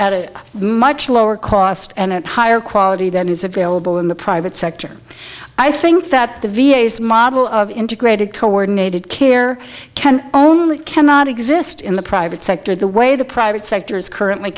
at a much lower cost and higher quality than is available in the private sector i think that the v a s model of integrated coordinated care can only cannot exist in the private sector the way the private sector is currently